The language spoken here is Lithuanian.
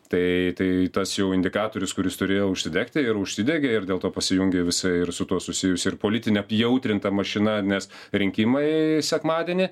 tai tas jau indikatorius kuris turėjo užsidegti ir užsidegė ir dėl to pasijungė visi ir su tuo susijusi ir politinė įjautrinta mašina nes rinkimai sekmadienį